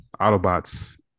Autobots